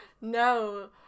No